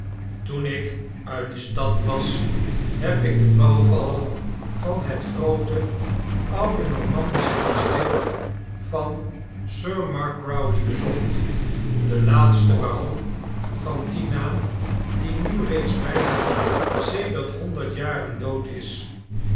toen ik uit de stad was heb ik de bouwvallen van het groote londe normandische kasteel van sir mark crowley ibezocht den laatsten baron van diennaamdie lu reeds bijna sedert honderd jaren doodis ik